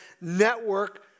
network